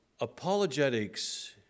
Apologetics